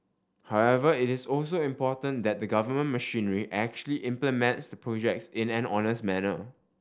however it is also important that the government machinery actually implements the projects in an honest manner